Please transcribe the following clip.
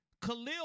Khalil